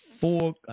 four